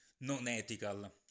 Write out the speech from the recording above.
non-ethical